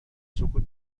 سکوت